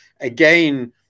Again